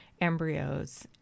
embryos